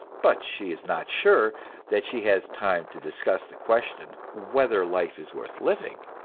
but she is not sure that she has time to discuss the question whether life is worth living.